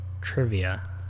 Trivia